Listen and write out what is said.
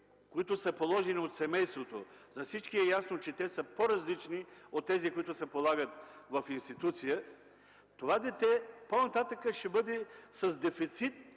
грижи, полагани от семейството – за всички е ясно, че те са по-различни от тези, които се полагат в институция, това дете по-нататък ще бъде с дефицит,